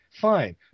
Fine